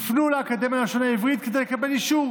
יפנו לאקדמיה ללשון העברית כדי לקבל אישור